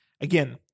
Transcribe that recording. Again